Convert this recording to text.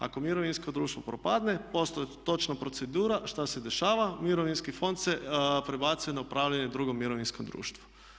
Ako mirovinsko društvo propadne postoji točna procedura što se dešava, mirovinski fond se prebacuje na upravljanje drugom mirovinskom društvu.